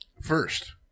First